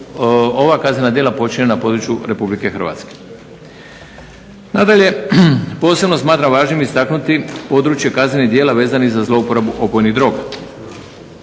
ova kaznena djela počinjena na području Republike Hrvatske. Nadalje, posebno smatram važnim istaknuti područje kaznenih djela vezanih za zlouporabu opojnih droga.